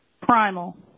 primal